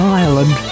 island